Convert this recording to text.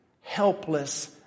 helpless